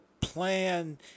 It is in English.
plan